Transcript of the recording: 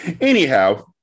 Anyhow